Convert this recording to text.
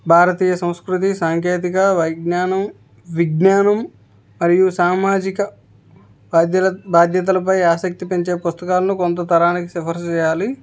భారతీయ సంస్కృతి సాంకేతికత వైజ్ఞానం విజ్ఞానం మరియు సామాజిక బాద్యల బాధ్యతలపై ఆసక్తి పెంచే పుస్తకాలను కొంత తరానికి సిఫార్సు చేయాలి